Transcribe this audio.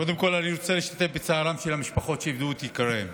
קודם כול אני רוצה להשתתף בצערן של המשפחות שאיבדו את יקיריהן